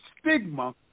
stigma